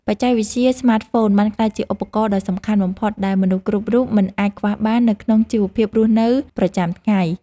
បច្ចេកវិទ្យាស្មាតហ្វូនបានក្លាយជាឧបករណ៍ដ៏សំខាន់បំផុតដែលមនុស្សគ្រប់រូបមិនអាចខ្វះបាននៅក្នុងជីវភាពរស់នៅប្រចាំថ្ងៃ។